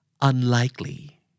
Unlikely